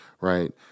right